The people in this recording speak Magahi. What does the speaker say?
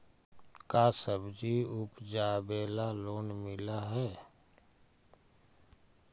का सब्जी उपजाबेला लोन मिलै हई?